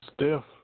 Steph